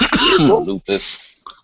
Lupus